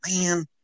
man